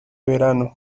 verano